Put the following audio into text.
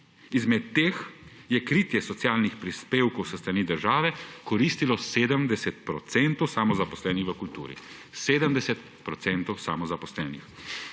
Izmed teh je kritje socialnih prispevkov s strani države koristilo 70 % samozaposlenih v kulturi. 70 % samozaposlenih.